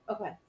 okay